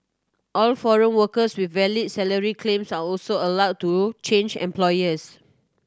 all foreign workers with valid salary claims are also allowed to change employers